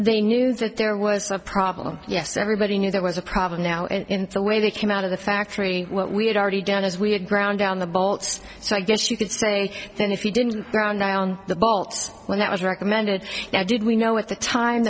they knew that there was a problem yes everybody knew there was a problem now in the way they came out of the factory what we had already done is we had ground down the bolts so i guess you could say then if you didn't die on the bolts when it was recommended how did we know at the time